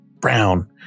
brown